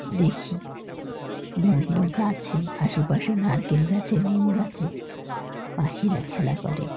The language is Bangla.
দেখি বিভিন্ন গাছে আশেপাশে নারকেল গাছে নিম গাছে পাখিরা খেলা করে